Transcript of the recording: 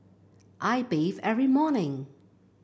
I bathe every morning